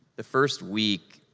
the first week,